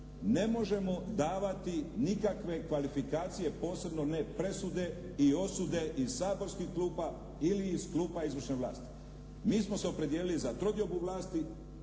Ne možemo davati nikakve kvalifikacije posebno ne presude i osude iz saborskih klupa ili iz klupa izvršne vlasti. Mi smo se opredijelili za trodiobu vlasti